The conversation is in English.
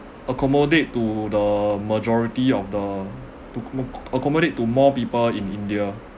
accommodate to the majority of the to moco~ accommodate to more people in india